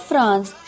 France